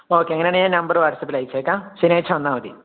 okay അങ്ങനെയാണെങ്കില് ഞാൻ number വാട്സാപ്പിലയച്ചേക്കാം ശരിയാഴ്ച വന്നാല് മതി